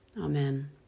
Amen